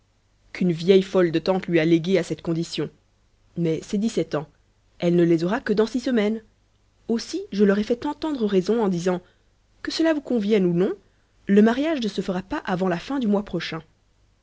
qu'une vieille folle de tante lui a léguées à cette condition mais ses dix-sept ans elle ne les aura que dans six semaines aussi je leur ai fait entendre raison en disant que cela vous convienne ou non le mariage ne se fera pas avant la fin du mois prochain